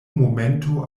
momento